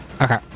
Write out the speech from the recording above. Okay